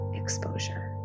exposure